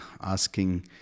asking